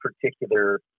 particular